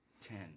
Ten